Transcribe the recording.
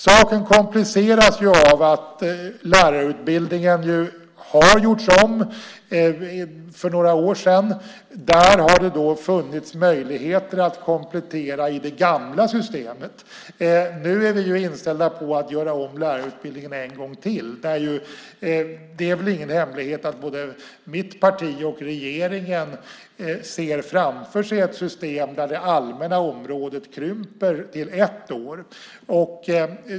Saken kompliceras av att lärarutbildningen har gjorts om för några år sedan. Där har det funnits möjligheter att komplettera i det gamla systemet. Nu är vi inställda på att göra om lärarutbildningen en gång till. Det är väl ingen hemlighet att både mitt parti och regeringen ser framför sig ett system där det allmänna området krymper till ett år.